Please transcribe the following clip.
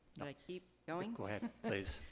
but i keep going? go ahead, please.